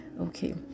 Okay